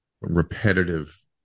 repetitive